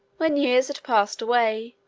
when years had passed away,